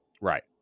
Right